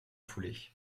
foulée